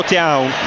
down